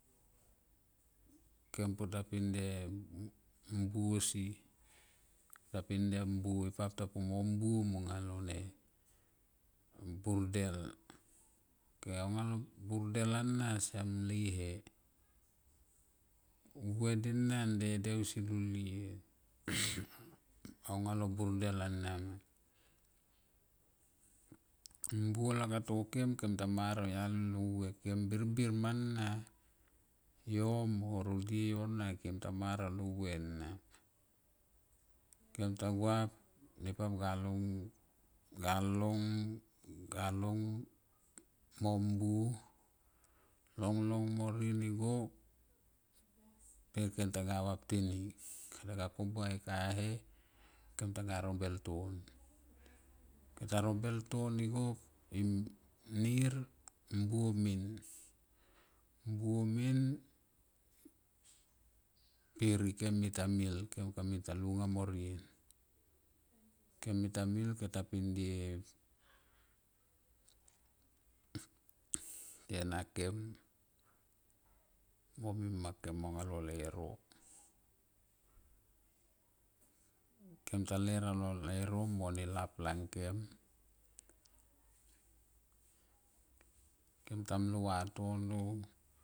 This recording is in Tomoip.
Kem puta pinde mbuo si ta pindie mbuo ta pindie mbuo, e pap ta piamo. Mbuo monga oi ne burdel okanga lo burdel ana siam le he vue denan dede ausi llulie anga lo burdel ana ma mbuo lakap to kem kem ta mar au yalis lo vue kem birbir mana yo mo ro dieyo na kem ta mar alo vue na kem ta gua nepap ga long ga long, ga long mo mbuo long long mope. Kem targa vap teni kem ta ga kombua e kahe kem taga robel ton kem ta ta robel igo in nir mbuo men, mbuo men per ikem mita mil kem kamita langa moriem ke mita kem mita mil kem ta pindre tena kem mo mima ke anga lo leuro kem ta ler a lo learo mo lap angkem, kem ta mlo vatono.